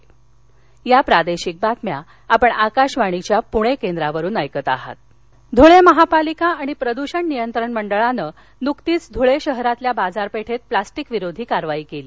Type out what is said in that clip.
plastic कारवाई धळे ध्रळे महापालिका आणि प्रदूषण नियंत्रण मंडळाने नुकतीच ध्रळे शहरातील बाजारपेठेत प्लास्टीक विरोधी कारवाई केली